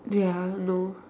ya no